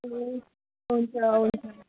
ए हुन्छ हुन्छ